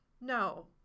no